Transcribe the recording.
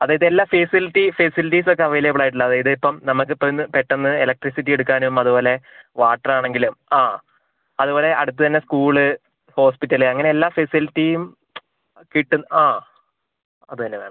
അതായത് എല്ലാ facility facilities ഒക്കെ അവൈലബിൾ ആയിട്ടുള്ള അതായത് ഇപ്പോൾ നമ്മൾക്ക് ഇപ്പോൾ ഇന്നു പെട്ടെന്ന് ഇലക്ട്രിസിറ്റി എടുക്കാനും അതുപോലെ വാട്ടർ ആണെങ്കിലും ആ അതുപോലെ അടുത്ത് തന്നെ സ്കൂൾ ഹോസ്പിറ്റൽ അങ്ങനെ എല്ലാ ഫെസിലിറ്റിയും കിട്ടും ആ അതുതന്നെ വേണം